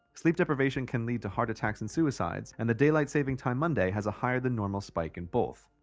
sleep depravation can lead to heart attacks and suicides and the daylight saving time monday has a higher than normal spike in both.